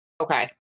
Okay